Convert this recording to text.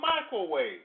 microwave